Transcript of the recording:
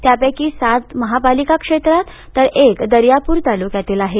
यापैकी सात महापालिका क्षेत्रात तर एक दर्यापूर तालुक्यातील आहे